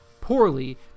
poorly